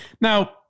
Now